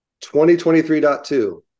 2023.2